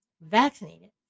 vaccinated